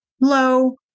low